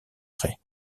prêt